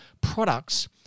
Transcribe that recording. products